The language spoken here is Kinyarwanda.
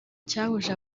cyahuje